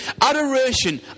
Adoration